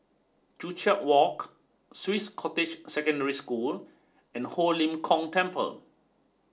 Joo Chiat Walk Swiss Cottage Secondary School and Ho Lim Kong Temple